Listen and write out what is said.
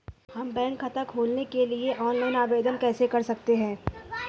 हम बैंक खाता खोलने के लिए ऑनलाइन आवेदन कैसे कर सकते हैं?